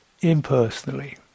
impersonally